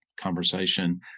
conversation